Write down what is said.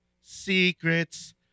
secrets